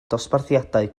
dosbarthiadau